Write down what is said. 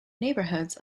neighborhoods